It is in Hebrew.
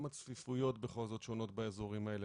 גם הצפיפויות שונות באזורים האלה.